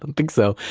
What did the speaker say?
and think so.